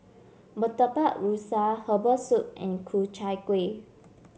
Murtabak Rusa Herbal Soup and Ku Chai Kuih